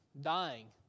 dying